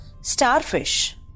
Starfish